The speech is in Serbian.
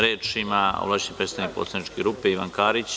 Reč ima ovlašćeni predstavnik poslaničke grupe Ivan Karić.